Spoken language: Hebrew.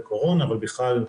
בוקר טוב לכולם.